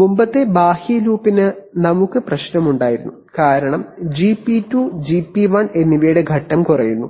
മുമ്പത്തെ ബാഹ്യ ലൂപ്പിന് ഞങ്ങൾക്ക് പ്രശ്നമുണ്ടായിരുന്നു കാരണം ജിപി 2 ജിപി 1 എന്നിവയുടെ ഘട്ടം കുറയുന്നു